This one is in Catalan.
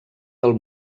del